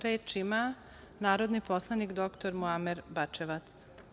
Reč ima narodni poslanik dr Muamer Bačevac.